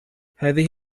هذه